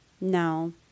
No